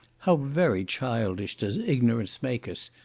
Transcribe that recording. how very childish does ignorance make us!